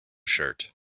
shirt